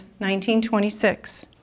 1926